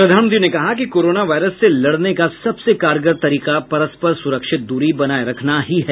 प्रधानमंत्री ने कहा कि कोरोना वायरस से लड़ने का सबसे कारगर तरीका परस्पर सुरक्षित दूरी बनाये रखना ही है